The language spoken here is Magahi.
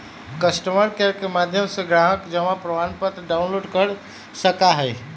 कस्टमर केयर के माध्यम से ग्राहक जमा प्रमाणपत्र डाउनलोड कर सका हई